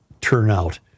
turnout